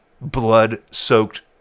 blood-soaked